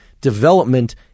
development